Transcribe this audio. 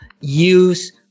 use